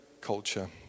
culture